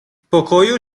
pokoju